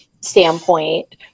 standpoint